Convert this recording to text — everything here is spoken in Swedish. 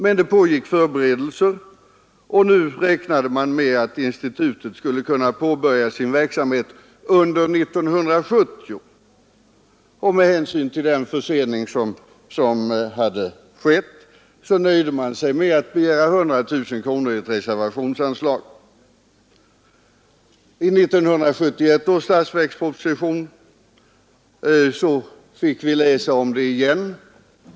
Men det pågick förberedelser, och nu räknade man med att institutet skulle kunna påbörja sin verksamhet under 1970. Med hänsyn till den försening som hade skett nöjde man sig med att begära 100 000 kronor i reservationsanslag. I 1971 års statsverksproposition fick vi läsa om ärendet igen.